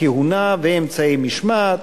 כהונה ואמצעי משמעת,